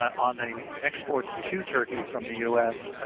on the exports to turkey from the u s.